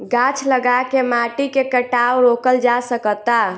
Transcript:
गाछ लगा के माटी के कटाव रोकल जा सकता